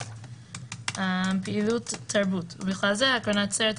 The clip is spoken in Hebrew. התשמ״ט־1989; ״פעילות תרבות״ ובכלל זה הקרנת סרט,